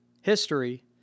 history